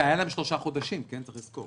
והיו להם שלושה חודשים, צריך לזכור.